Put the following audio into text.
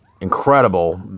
Incredible